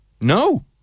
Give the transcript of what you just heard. No